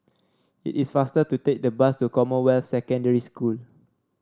it is faster to take the bus to Commonwealth Secondary School